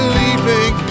leaving